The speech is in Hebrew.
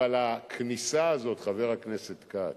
אבל הכניסה הזאת, חבר הכנסת כץ,